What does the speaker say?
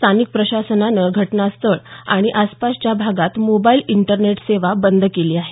स्थानिक प्रशासनानं घटनास्थळ आणि आसपासच्या भागात मोबाईल इंटरनेट सेवा बंद केली आहे